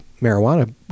marijuana